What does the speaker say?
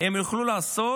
הם יוכלו לעשות